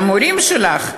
גם ההורים שלך,